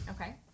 okay